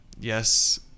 yes